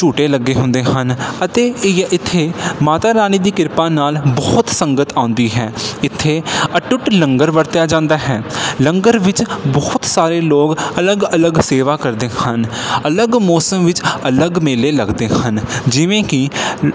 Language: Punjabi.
ਝੂਟੇ ਲੱਗੇ ਹੁੰਦੇ ਹਨ ਅਤੇ ਅ ਇੱਥੇ ਮਾਤਾ ਰਾਣੀ ਦੀ ਕਿਰਪਾ ਨਾਲ ਬਹੁਤ ਸੰਗਤ ਆਉਂਦੀ ਹੈ ਇੱਥੇ ਅਟੁੱਟ ਲੰਗਰ ਵਰਤਿਆ ਜਾਂਦਾ ਹੈ ਲੰਗਰ ਵਿੱਚ ਬਹੁਤ ਸਾਰੇ ਲੋਕ ਅਲੱਗ ਅਲੱਗ ਸੇਵਾ ਕਰਦੇ ਹਨ ਅਲੱਗ ਮੌਸਮ ਵਿੱਚ ਅਲੱਗ ਮੇਲੇ ਲੱਗਦੇ ਹਨ ਜਿਵੇਂ ਕਿ